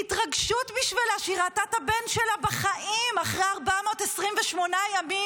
מהתרגשות בשבילה שהיא ראתה את הבן שלה בחיים אחרי 428 ימים.